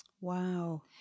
Wow